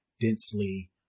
densely